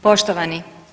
Poštovani.